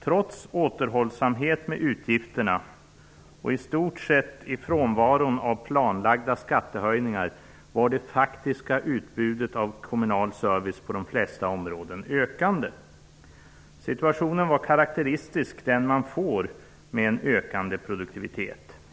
Trots återhållsamhet med utgifterna och i stort sett i frånvaro av planlagda skattehöjningar var det faktiska utbudet av kommunal service på de flesta områden ökande. Situationen var karakteristisk för vad man får med en ökande produktivitet.